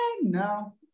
no